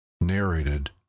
narrated